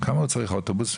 כמה הוא צריך אוטובוס,